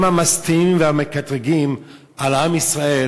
הם המשטינים והמקטרגים על עם ישראל,